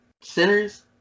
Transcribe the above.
centers